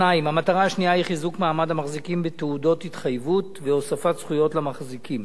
2. חיזוק מעמד המחזיקים בתעודות התחייבות והוספת זכויות למחזיקים.